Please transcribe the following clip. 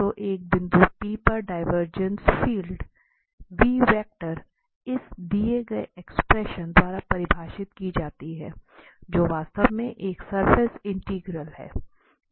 तो एक बिंदु P पर डिवरजेंस फील्ड परिभाषित की जाती है जो वास्तव में एक सरफेस इंटीग्रल है